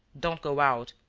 don't go out.